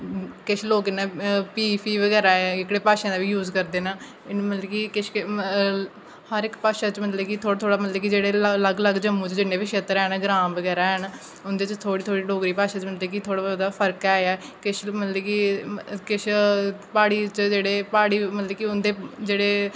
किश लोग इ'यां भी फ्ही बगैरा एह्कड़ी भाशाएं दा बी यूज़ करदे न मतलब कि किश हर इक भाशा च मतलव कि थोह्ड़ा थोह्ड़ा मतलब कि जेह्ड़े अलग अलग जम्मू च जि'न्ने बी क्षेत्र हैन ग्रांऽ बगैरा हैन उं'दे च थोह्ड़ी थोह्ड़ी डोगरी भाशा च मतलब कि थोह्ड़ा थोह्ड़ा फर्क ऐ गै किश मतलब कि प्हाड़ी च जेह्ड़े प्हाड़ी मतलब कि उं'दे जेह्ड़े